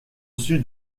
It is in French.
sud